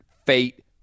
Fate